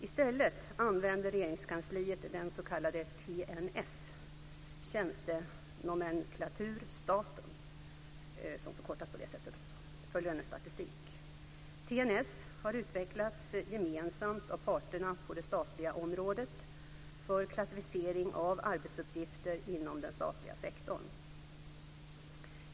I stället använder Regeringskansliet den s.k. TNS, tjänstenomenklatur staten, för lönestatistik. TNS har utvecklats gemensamt av parterna på det statliga området för klassificering av arbetsuppgifter inom den statliga sektorn.